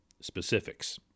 specifics